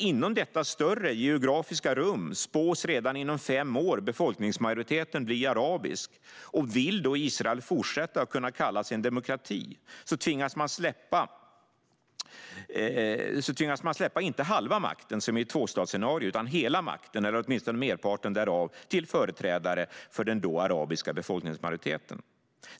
Inom detta större geografiska rum spås redan inom fem år befolkningsmajoriteten bli arabisk, och vill då Israel fortsätta att kunna kalla sig en demokrati tvingas man släppa inte halva makten - som i ett tvåstatsscenario - utan hela makten, eller åtminstone merparten därav, till företrädare för den arabiska befolkningsmajoriteten.